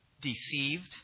deceived